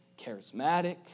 Charismatic